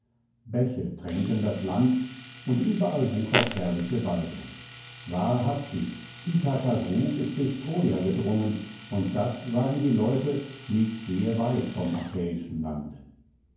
bäche tränken das land und überall wuchert herrliche waldung wahrhaftig ithakas ruf ist bis troja gedrungen und das sagen die leute liegt sehr weit vom achäischen lande